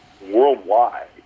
worldwide